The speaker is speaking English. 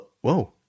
Whoa